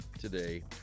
today